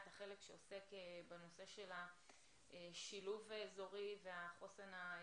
את החלק שעוסק בנושא של השילוב האזורי והחוסן הקהילתי,